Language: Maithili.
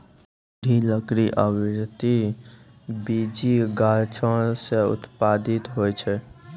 दृढ़ लकड़ी आवृति बीजी गाछो सें उत्पादित होय छै?